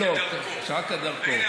אבל שלו, כדרכו.